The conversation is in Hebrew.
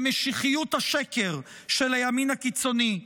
למשיחיות השקר של הימין הקיצוני.